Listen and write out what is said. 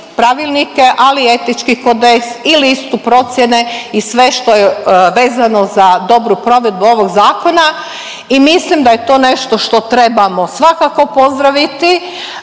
pravilnike, ali i etički kodeks i listu procjene i sve što je vezano za dobru provedbu ovog zakona i mislim da je to nešto što trebamo svakako pozdraviti